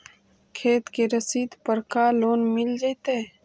खेत के रसिद पर का लोन मिल जइतै?